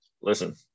Listen